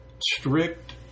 strict